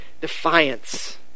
defiance